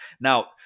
Now